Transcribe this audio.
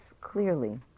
clearly